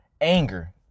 anger